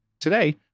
Today